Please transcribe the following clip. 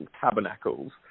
tabernacles